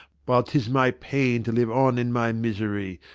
while tis my pain to live on in my misery,